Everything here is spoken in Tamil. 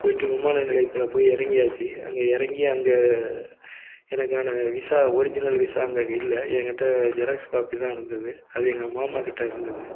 போயிட்டு விமான நிலையத்தில் போய் இறங்கியாச்சிஅங்கே இறங்கி அங்கே எனக்கான விசா ஒரிஜினல் விசா அங்கே இல்லை என்கிட்ட ஜெராக்ஸ் காப்பிதான் இருந்தது அது எங்கள் மாமாகிட்ட இருந்தது